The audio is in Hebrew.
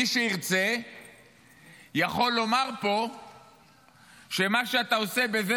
מי שירצה יכול לומר פה שמה שאתה עושה בזה